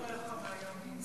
מה זה "חבריך מהימין"?